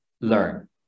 learn